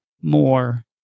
more